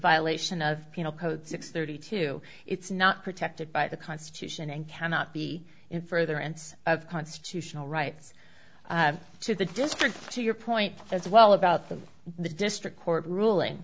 violation of penal code six thirty two it's not protected by the constitution and cannot be in further and of constitutional rights to the district to your point as well about the the district court ruling